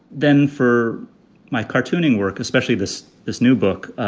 then for my cartooning work, especially this this new book,